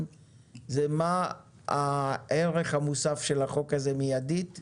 אלא מה הערך המוסף של החוק הזה מיידית.